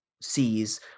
sees